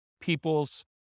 people's